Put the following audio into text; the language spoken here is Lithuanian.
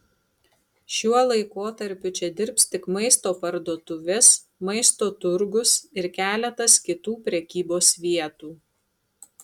šiuo laikotarpiu čia dirbs tik maisto parduotuvės maisto turgus ir keletas kitų prekybos vietų